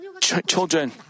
children